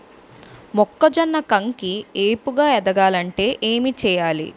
మొక్కజొన్న కంకి ఏపుగ ఎదగాలి అంటే ఏంటి చేయాలి?